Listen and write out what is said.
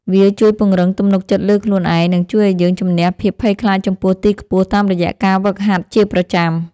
វាជួយពង្រឹងទំនុកចិត្តលើខ្លួនឯង និងជួយឱ្យយើងជម្នះភាពភ័យខ្លាចចំពោះទីខ្ពស់តាមរយៈការហ្វឹកហាត់ជាប្រចាំ។